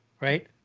right